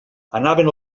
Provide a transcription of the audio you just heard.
anaven